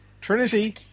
Trinity